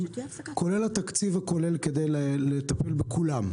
כולל התקציב הכולל כדי לטפל בכולם,